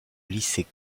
lycée